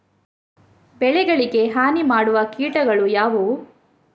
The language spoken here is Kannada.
ಬೆಳೆಗಳಿಗೆ ಹಾನಿ ಮಾಡುವ ಕೀಟಗಳು ಯಾವುವು?